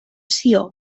sió